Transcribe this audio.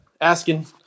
asking